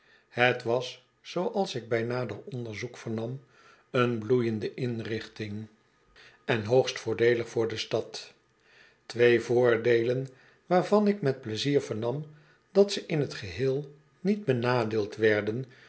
het was zooals ik bij nader onderzoek vernam eene bloeiende inrichting en hoogst voordeelig voor de stad twee voordeelen waarvan ik met pleizier vernam dat ze in t geheel niet benadeeld werden